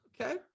Okay